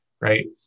right